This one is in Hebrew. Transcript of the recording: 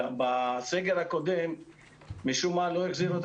בסגר הקודם משום מה לא החזירו את